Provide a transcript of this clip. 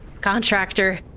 contractor